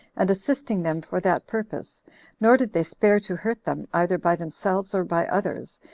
and assisting them for that purpose nor did they spare to hurt them, either by themselves or by others,